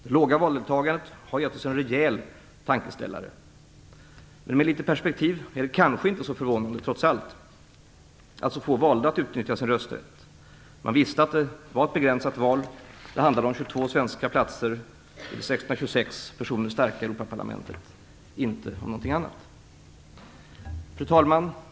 Det låga valdeltagandet har gett oss en rejäl tankeställare. Men med litet perspektiv är det kanske inte så förvånande, trots allt, att så få valde att utnyttja sin rösträtt. Man visste att det var ett begränsat val. Det handlade om 22 svenska platser i det 626 personer starka Europaparlamentet, inte om något annat. Fru talman!